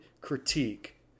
critique